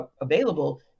available